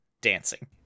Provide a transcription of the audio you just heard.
Dancing